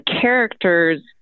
characters